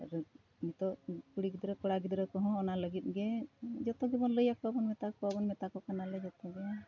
ᱟᱨ ᱱᱤᱛᱚᱜ ᱠᱩᱲᱤ ᱜᱤᱫᱽᱨᱟᱹ ᱠᱚᱲᱟ ᱜᱤᱫᱽᱨᱟᱹ ᱠᱚᱦᱚᱸ ᱚᱱᱟ ᱞᱟᱹᱜᱤᱫ ᱜᱮ ᱡᱚᱛᱚ ᱜᱮᱵᱚᱱ ᱞᱟᱹᱭᱟᱠᱚᱣᱟᱵᱚᱱ ᱢᱮᱛᱟ ᱠᱚᱣᱟ ᱵᱚᱱ ᱢᱮᱛᱟ ᱠᱚ ᱠᱟᱱᱟᱞᱮ ᱡᱚᱛᱚ ᱜᱮ